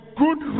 good